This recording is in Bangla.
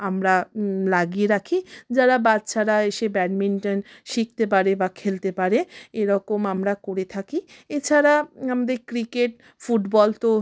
আমরা লাগিয়ে রাখি যারা বাচ্চারা এসে ব্যাডমিন্টন শিখতে পারে বা খেলতে পারে এরকম আমরা করে থাকি এছাড়া আমাদের ক্রিকেট ফুটবল তো